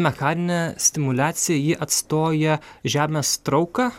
mechaninė stimuliacija ji atstoja žemės trauką